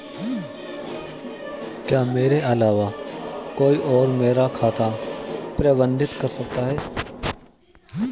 क्या मेरे अलावा कोई और मेरा खाता प्रबंधित कर सकता है?